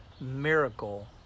miracle